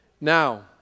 Now